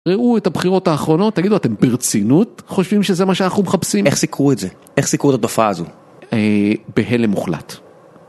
ראו את הבחירות האחרונות, תגידו, אתם ברצינות חושבים שזה מה שאנחנו מחפשים? איך סיקרו את זה? איך סיקרו את התופעה הזו? בהלם מוחלט.